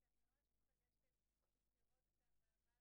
כן הצענו שעל גבי הנוסח של משרד העבודה